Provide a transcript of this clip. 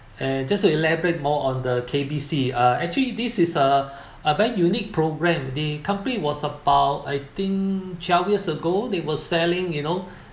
eh just to elaborate more on the K_B_C uh actually this is a a very unique programme the company was about I think twelve years ago they were selling you know